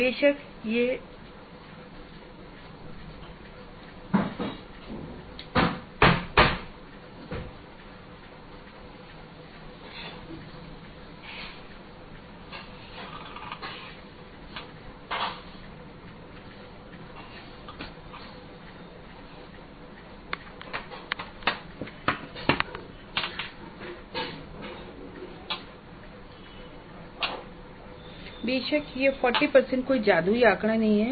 बेशक यह 40 कोई जादुई आंकड़ा नहीं है